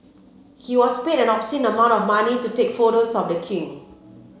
he was paid an obscene amount of money to take photos of the king